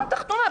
ובשורה תחתונה,